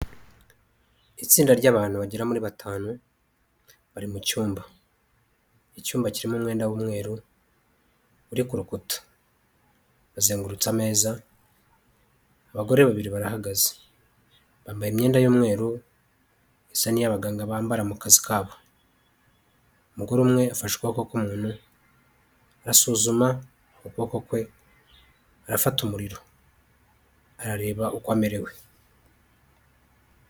Itsinda ry'abantu bagera muri batanu bari mu cyumba, icyumba kirimo umwenda w'umweru uri kurukuta, bazengurutse ameza, abagore babiri barahagaze, bambaye imyenda y'umweru isa n'iyabaganga bambara mu kazi kabo, umugore umwe afashe ukuboko k'umuntu, arasuzuma ukuboko kwe, arafata umuriro, arareba uko amerewe.